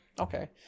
Okay